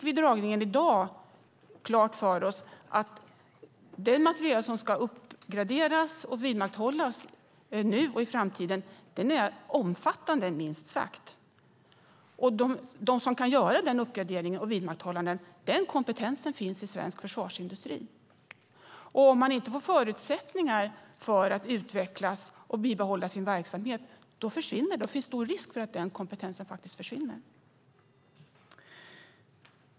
Vid dragningen i dag fick vi klart för oss att den materiel som ska uppgraderas och vidmakthållas, både nu och i framtiden, minst sagt är omfattande. Kompetensen när det gäller att kunna göra den uppgraderingen och att vidmakthålla den finns i svensk försvarsindustri. Men om man inte får förutsättningar för att utvecklas och behålla sin verksamhet är risken stor att den här kompetensen försvinner.